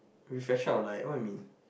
we flash out light what you mean